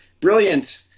brilliant